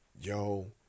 yo